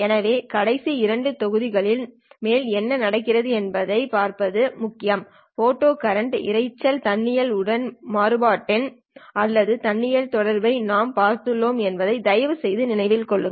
எனவே கடைசி இரண்டு தொகுதிகளுக்கு மேல் என்ன நடக்கிறது என்பதைப் பார்ப்பது முக்கியம் ஃபோட்டா கரண்ட்ன் இரைச்சல் தன்னியல் உடன் மாறுபாட்டெண் அல்லது தன்னியல் தொடர்பை நாம் பார்த்துள்ளோம் என்பதை தயவுசெய்து நினைவில் கொள்க